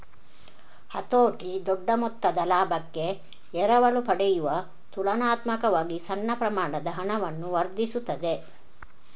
ಹತೋಟಿ ದೊಡ್ಡ ಮೊತ್ತದ ಲಾಭಕ್ಕೆ ಎರವಲು ಪಡೆಯುವ ತುಲನಾತ್ಮಕವಾಗಿ ಸಣ್ಣ ಪ್ರಮಾಣದ ಹಣವನ್ನು ವರ್ಧಿಸುತ್ತದೆ